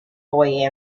boy